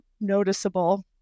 noticeable